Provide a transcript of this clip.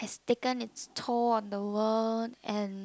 taken its toll on the world and